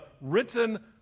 written